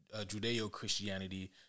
Judeo-Christianity